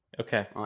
okay